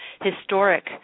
historic